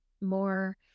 more